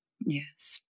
Yes